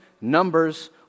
numbers